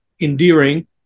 endearing